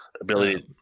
Ability